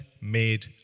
made